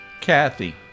Kathy